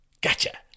Gotcha